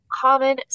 common